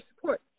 Support